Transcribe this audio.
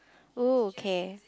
oh okay